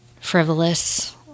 frivolous